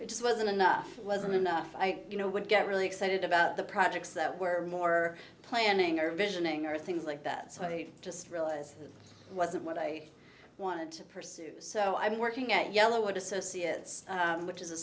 it just wasn't enough wasn't enough i you know would get really excited about the projects that were more planning or visioning or things like that so i just really wasn't what i wanted to pursue so i'm working at yellow wood associates which is a